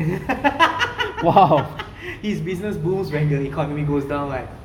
his business booms when the economy goes down what